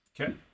Okay